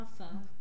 Awesome